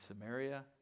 Samaria